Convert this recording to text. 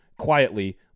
quietly